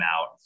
out